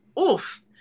Oof